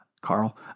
Carl